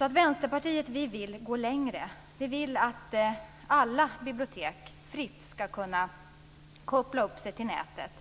I Vänsterpartiet vill vi gå längre. Vi vill att alla bibliotek fritt skall kunna koppla upp sig till nätet.